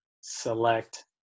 select